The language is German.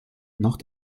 noch